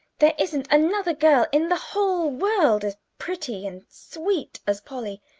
there isn't another girl in the whole world as pretty and sweet as polly.